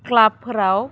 क्लाबफोराव